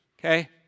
okay